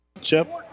chip